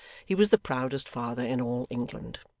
he was the proudest father in all england.